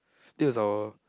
this is our